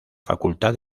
facultad